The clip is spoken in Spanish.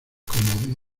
conmovido